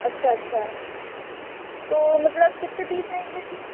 अच्छा अच्छा तो मतलब कितने पीस रहेंगे इसमें